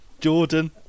Jordan